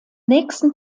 nächsten